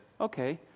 okay